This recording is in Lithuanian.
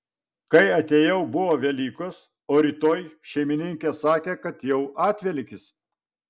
kai atėjau buvo velykos o rytoj šeimininkė sakė kad jau atvelykis